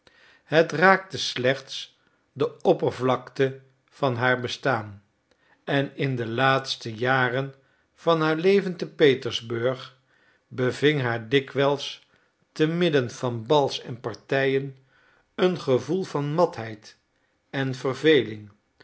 het raakte slechts de oppervlakte van haar bestaan en in de laatste jaren van haar leven te petersburg beving haar dikwijls te midden van bals en partijen een gevoel van matheid en verveling